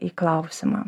į klausimą